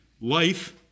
life